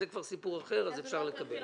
זה כבר סיפור אחר ואפשר לקבל.